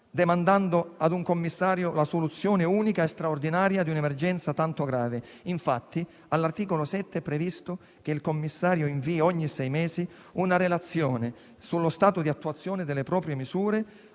demandando ad un commissario la soluzione, unica e straordinaria, di un'emergenza tanto grave. Infatti, all'articolo 7 è previsto che il commissario invii ogni sei mesi una relazione sullo stato di attuazione delle proprie misure